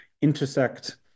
intersect